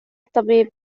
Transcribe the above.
الطبيب